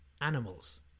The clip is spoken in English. animals